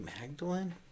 Magdalene